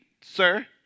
sir